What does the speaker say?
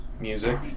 music